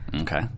okay